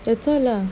the lah